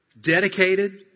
dedicated